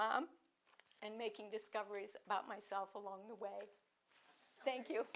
mom and making discoveries about myself along thank you thank you